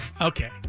Okay